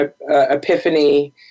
epiphany